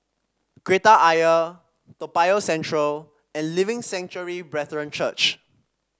Kreta Ayer Toa Payoh Central and Living Sanctuary Brethren Church